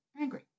angry